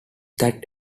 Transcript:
that